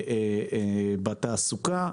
בתעסוקה.